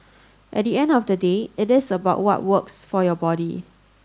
at the end of the day it is about what works for your body